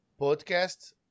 podcast